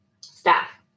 staff